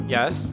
Yes